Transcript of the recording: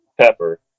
pepper